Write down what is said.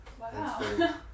Wow